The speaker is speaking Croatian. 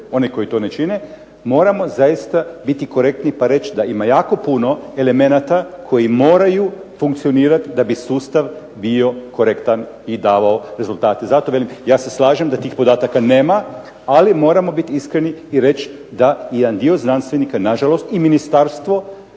one koji to ne čine, moramo zaista biti korektni pa reći da ima jako puno elemenata koji moraju funkcionirati da bi sustav bio korektan i davao rezultate. Zato velim ja se slažem da tih podataka nema, ali moramo biti iskreni i reći da i jedan dio znanstvenika nažalost i ministarstvo